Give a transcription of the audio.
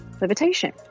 levitation